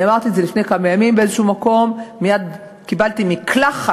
אמרתי את זה לפני כמה ימים באיזשהו מקום ומייד קיבלתי מקלחת